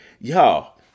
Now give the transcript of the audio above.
Y'all